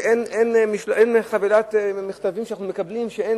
אין חבילת מכתבים שאנחנו מקבלים שאין